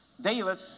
David